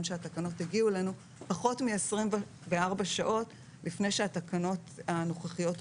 שהתקנות הגיעו אלינו פחות מ-24 שעות לפני שהתקנות הנוכחיות פוקעות.